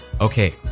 okay